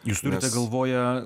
jūs turite galvoje